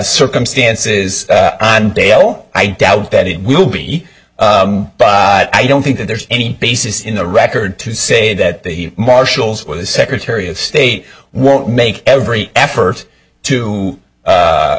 circumstances and day oh i doubt that it will be easy but i don't think that there's any basis in the record to say that the marshals or the secretary of state won't make every effort to